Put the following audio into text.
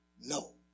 No